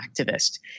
activist